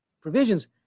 provisions